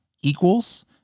equals